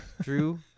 Drew